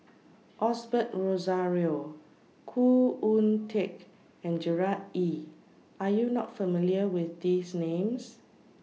Osbert Rozario Khoo Oon Teik and Gerard Ee Are YOU not familiar with These Names